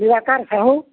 Nirakar Sahu